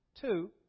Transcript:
two